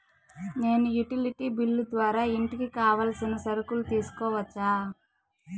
నేను utility bill ద్వారా ఇంటికి కావాల్సిన సరుకులు తీసుకోవచ్చా?